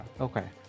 okay